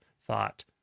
thought